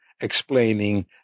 explaining